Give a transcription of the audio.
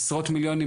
עשרות מיליונים,